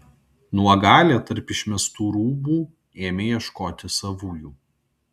nuogalė tarp išmestų rūbų ėmė ieškoti savųjų